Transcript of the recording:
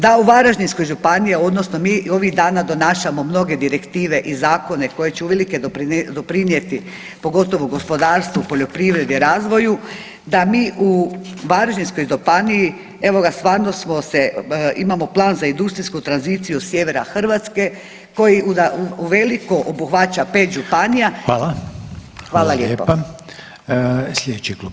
Da u Varaždinskoj županiji odnosno mi ovih dana donašamo mnoge direktive i zakone koji će uvelike doprinijeti pogotovo gospodarstvu, poljoprivredi, razvoju, da mi u Varaždinskoj županiji evo ga, imamo plan za industrijsku tranziciju sjevera Hrvatske koji uveliko obuhvaća 5 županija [[Upadica Reiner: Hvala.]] Hvala lijepo.